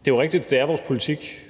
Det er jo rigtigt, at det er vores politik,